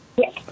Yes